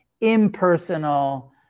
impersonal